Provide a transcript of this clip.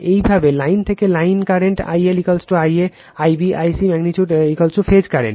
একইভাবে লাইন থেকে line current I L I a I b I c magnitude phase current